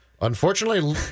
Unfortunately